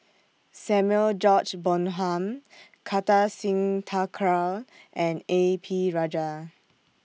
Samuel George Bonham Kartar Singh Thakral and A P Rajah